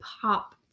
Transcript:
Pop